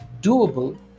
doable